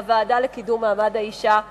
על הוועדה לקידום מעמד האשה,